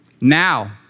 Now